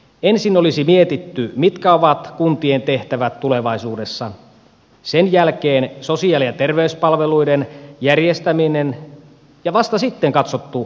ensin olisi mietitty mitkä ovat kuntien tehtävät tulevaisuudessa sen jälkeen olisi ollut sosiaali ja terveyspalveluiden järjestäminen ja vasta sitten olisi katsottu kuntarakennetta